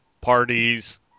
Parties